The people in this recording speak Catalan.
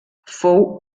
fou